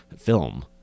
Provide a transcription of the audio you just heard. film